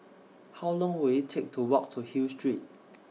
How Long Will IT Take to Walk to Hill Street